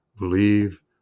Believe